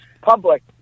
public